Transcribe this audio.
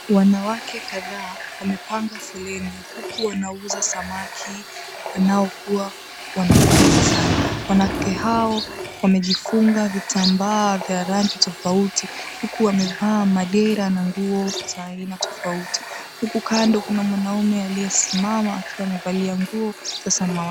Wanawake kadhaa wamepanga foleni huku wanauza samaki wanaokua wanapendeza sana. Wanawake hao wamejifunga vitambaa vya rangi tofauti huku wamevaa madera na nguo za aina tofauti, huku kando kuna mwanaume aliyesimama akiwa amevalia nguo ya samawati.